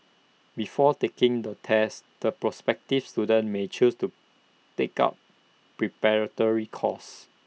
before taking the test the prospective students may choose to take up preparatory course